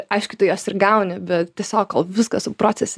aišku tu jos ir gauni bet tiesiog kol viską su procesini